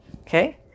Okay